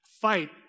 Fight